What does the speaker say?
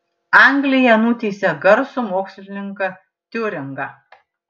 anglija nuteisė garsų mokslininką tiuringą